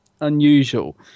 unusual